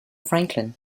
franklin